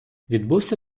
відбувся